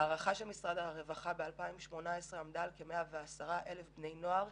הערכה של משרד הרווחה ב-2018 דיברה על כ-110,000 בני נוער,